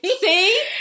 see